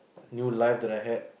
new life that I had